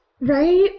right